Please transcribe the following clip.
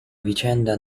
vicenda